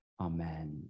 Amen